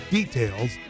details